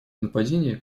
нападения